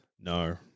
No